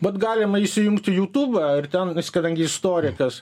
vat galima įsijungti jutubą ir ten kadangi istorikas